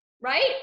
right